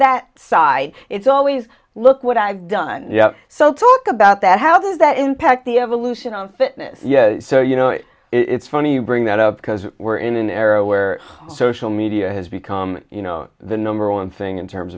that side it's always look what i've done yeah so talk about that how does that impact the evolution on fitness yes so you know it's funny bring that up because we're in an era where social media has become you know the number one thing in terms